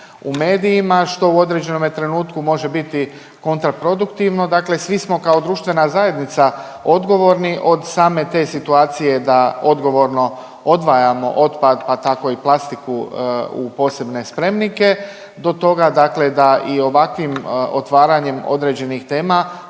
u medijima što u određenome trenutku može biti kontra produktivno. Dakle, svi smo kao društvena zajednica odgovorni od same te situacije da odgovorno odvajamo otpad, pa tako i plastiku u posebne spremnike, do toga dakle da i ovakvim otvaranjem određenih tema